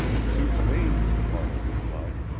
suits me, farland replied.